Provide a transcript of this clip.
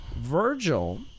virgil